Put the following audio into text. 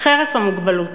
חרף המוגבלות,